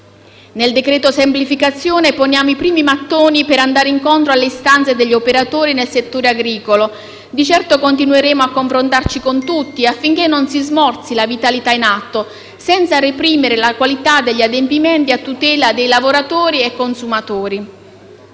Nel decreto-legge semplificazioni poniamo i primi mattoni per andare incontro alle istanze degli operatori del settore agricolo. Di certo continueremo a confrontarci con tutti affinché non si smorzi la vitalità in atto, senza reprimere la qualità degli adempimenti a tutela di lavoratori e consumatori.